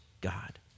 God